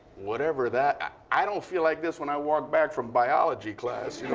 whatever that i don't feel like this when i walk back from biology class, you know.